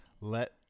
Let